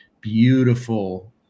beautiful